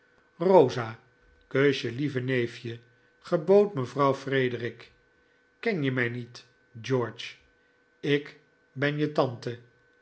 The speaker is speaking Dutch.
rosa kus je lieve neefje gebood mevrouw frederic ken je mij niet george ik ben je tante